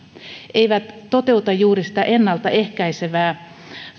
eivät toteuta juuri sitä ennalta ehkäisevää